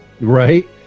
right